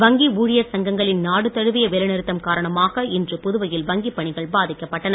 வங்கி ஊழியர் சங்கங்களின் நாடு தழுவிய வேலைநிறுத்தம் காரணமாக இன்று புதுவையில் வங்கிப் பணிகள் பாதிக்கப்பட்டன